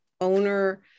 owner